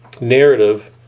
narrative